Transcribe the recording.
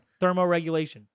Thermoregulation